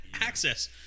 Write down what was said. access